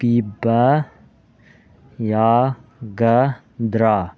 ꯄꯤꯕ ꯌꯥꯒꯗ꯭ꯔꯥ